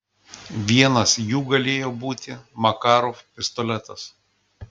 vienas jų galėjo būti makarov pistoletas